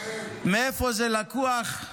מאיפה זה לקוח?